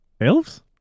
elves